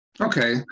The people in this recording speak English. Okay